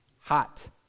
Hot